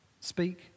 Speak